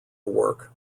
work